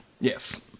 Yes